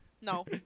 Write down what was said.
No